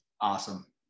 Awesome